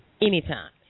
anytime